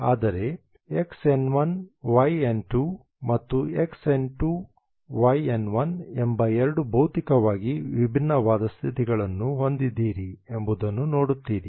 ಆದರೆ Xn1Yn2 ಮತ್ತು Xn2Yn1 ಎಂಬ ಎರಡು ಭೌತಿಕವಾಗಿ ವಿಭಿನ್ನವಾದ ಸ್ಥಿತಿಗಳನ್ನು ಹೊಂದಿದ್ದೀರಿ ಎಂಬುದನ್ನು ನೋಡುತ್ತೀರಿ